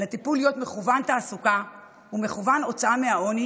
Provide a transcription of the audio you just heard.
על הטיפול להיות מוכוון תעסוקה ומוכוון הוצאה מהעוני